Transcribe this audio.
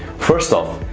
first off,